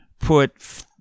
put